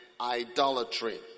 idolatry